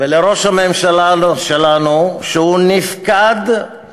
ולראש הממשלה שלנו שהוא נפקד-נוכח.